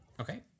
Okay